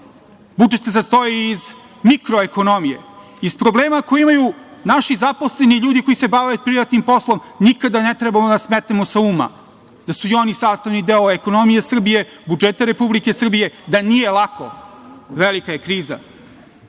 Budžet se sastoji iz mikro ekonomije, iz problema koje imaju naši zaposleni ljudi koji se bave privatnim poslom, nikada ne treba da smetnemo sa uma da su i oni sastavni deo ekonomije Srbije, budžeta Republike Srbije da nije lako, velika je kriza. Dame